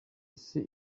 ese